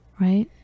right